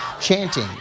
chanting